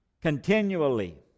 Continually